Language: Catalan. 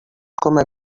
coma